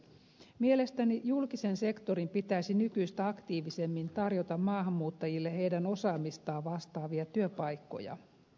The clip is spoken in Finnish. mielestäni julkisen sektorin pitäisi nykyistä aktiivisemmin tarjota maahanmuuttajille heidän osaamistaan vastaavia työpaikkoja